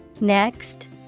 Next